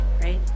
right